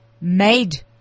made